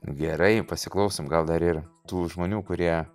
gerai pasiklausom gal dar ir tų žmonių kurie